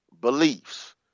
beliefs